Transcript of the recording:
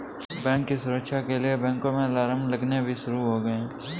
बैंकों की सुरक्षा के लिए बैंकों में अलार्म लगने भी शुरू हो गए हैं